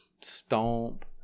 stomp